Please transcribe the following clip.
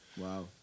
Wow